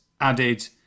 added